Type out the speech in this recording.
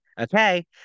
Okay